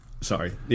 sorry